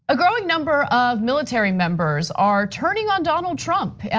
a growing number of military members are turning on donald trump. yeah